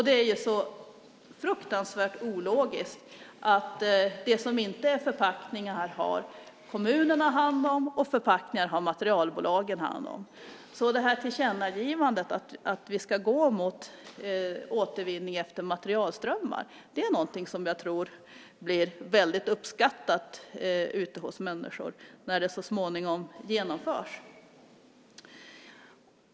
Det är ju så fruktansvärt ologiskt att det som inte är förpackningar har kommunerna hand om och förpackningar har materialbolagen hand om. Jag tror att tillkännagivandet om att vi ska gå mot återvinning efter materialströmmar är någonting som blir väldigt uppskattat ute hos människor när det så småningom genomförs.